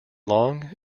long